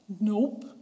Nope